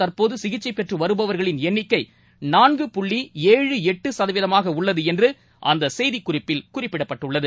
தற்போதுசிகிச்சைபெற்றுவருபவர்களின் எண்ணிக்கைநான்கு புள்ளி ஏழு எட்டுசதவீதமாகஉள்ளதுஎன்றுஅந்தசெய்திக்குறிப்பில் குறிப்பிடப்பட்டுள்ளது